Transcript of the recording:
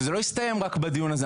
שזה לא יסתיים רק בדיון הזה.